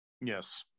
yes